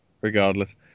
regardless